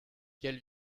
qu’elle